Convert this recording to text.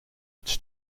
its